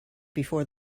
before